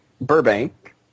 Burbank